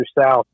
south